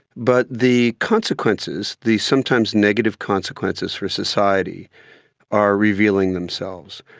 but the consequences, the sometimes negative consequences for society are revealing themselves.